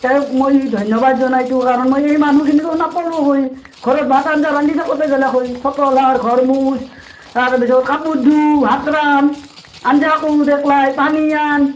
তেওঁক মই ধন্যবাদ জনাইছো কাৰণ মই এই মানুহখিনিতো নাপলো হৈ ঘৰত ভাত আঞ্জা ৰান্ধি থাকোতে গেলাক হৈ চতল সাৰ ঘৰ মুচ তাৰপিছত কাপোৰ ধু ভাত ৰান্ধ আঞ্জা কুট একলাই পানী আন